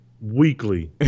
Weekly